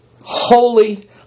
holy